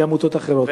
לעמותות אחרות?